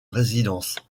résidence